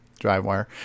DriveWire